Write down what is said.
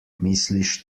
misliš